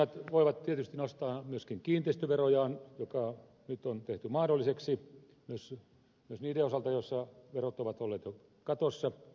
kunnat voivat tietysti nostaa myöskin kiinteistöverojaan joka toimenpide nyt on tehty mahdolliseksi myös niiden osalta joissa verot ovat olleet jo katossa